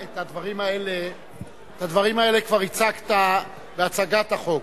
את הדברים האלה כבר הצגת בהצגת החוק.